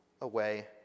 away